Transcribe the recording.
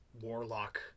warlock